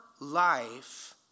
life